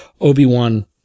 Obi-Wan